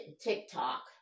TikTok